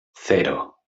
cero